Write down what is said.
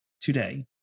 today